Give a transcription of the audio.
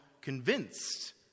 convinced